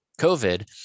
covid